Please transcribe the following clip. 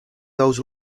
those